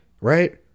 right